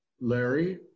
Larry